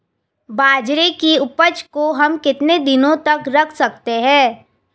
बाजरे की उपज को हम कितने दिनों तक रख सकते हैं?